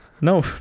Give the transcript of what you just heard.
No